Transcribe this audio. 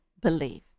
believe